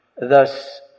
Thus